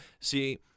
see